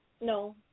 No